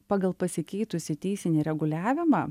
pagal pasikeitusį teisinį reguliavimą